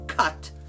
Cut